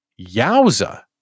Yowza